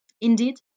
Indeed